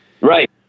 Right